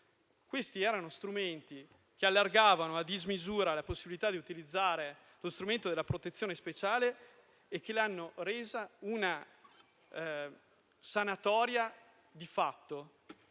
Questi erano strumenti che allargavano a dismisura la possibilità di utilizzare lo strumento della protezione speciale e che l'hanno resa una sanatoria di fatto.